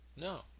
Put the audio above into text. No